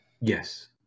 Yes